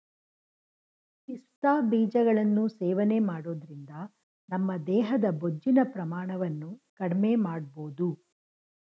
ಪಿಸ್ತಾ ಬೀಜಗಳನ್ನು ಸೇವನೆ ಮಾಡೋದ್ರಿಂದ ನಮ್ಮ ದೇಹದ ಬೊಜ್ಜಿನ ಪ್ರಮಾಣವನ್ನು ಕಡ್ಮೆಮಾಡ್ಬೋದು